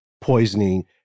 poisoning